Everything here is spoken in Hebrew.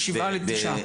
משבעה לתשעה.